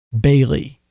Bailey